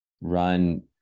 Run